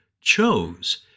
chose